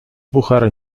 puchar